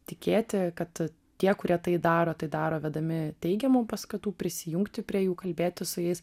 tikėti kad tie kurie tai daro tai daro vedami teigiamų paskatų prisijungti prie jų kalbėtis su jais